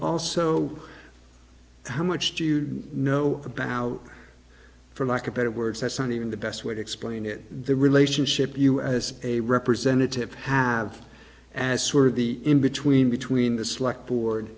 also how much do you know about for lack of better words that's not even the best way to explain it the relationship you as a representative have as sort of the in between between the slack board